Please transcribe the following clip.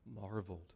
marveled